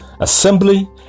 assembly